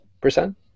percent